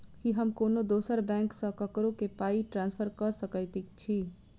की हम कोनो दोसर बैंक सँ ककरो केँ पाई ट्रांसफर कर सकइत छि?